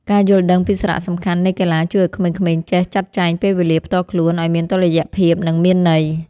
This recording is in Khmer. ការយល់ដឹងពីសារៈសំខាន់នៃកីឡាជួយឱ្យក្មេងៗចេះចាត់ចែងពេលវេលាផ្ទាល់ខ្លួនឱ្យមានតុល្យភាពនិងមានន័យ។